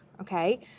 Okay